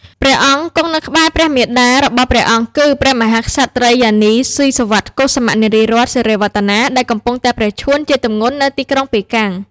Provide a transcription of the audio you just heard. ព្រះអង្គគង់នៅក្បែរព្រះមាតារបស់ព្រះអង្គ គឺ ព្រះមហាក្សត្រិយានី ស៊ីសុវត្ថិ កុសុមៈ នារីរតន៍ សិរីវឌ្ឍនា ដែលកំពុងតែប្រឈួនជាទម្ងន់នៅទីក្រុងប៉េកាំង។